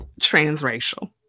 transracial